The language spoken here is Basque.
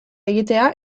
egitea